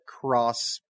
cross